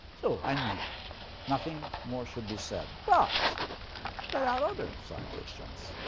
so i mean nothing more should be said. but there are other citations.